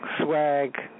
Swag